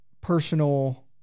personal